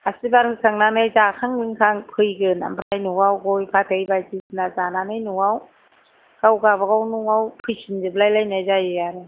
आसिरबार होखांनानै जाखां लोंखां फैगोन ओमफ्राय न'आव गय फाथै बायदिसिना जानानै न'आव गाव गावबागाव न'आव फैफिन जोबलाय लायनाय जायो आरो